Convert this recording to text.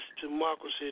democracy